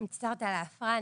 מצטערת על ההפרעה.